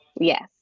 Yes